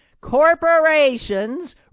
Corporations